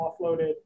offloaded